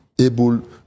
able